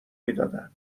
میدادن